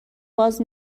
باز